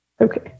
Okay